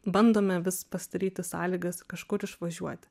bandome vis pasidaryti sąlygas kažkur išvažiuoti